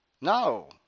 No